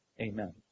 Amen